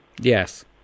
yes